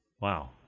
Wow